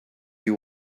you